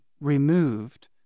removed